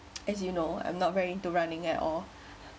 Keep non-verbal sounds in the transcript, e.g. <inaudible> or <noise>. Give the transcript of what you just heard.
<noise> as you know I'm not very into running at all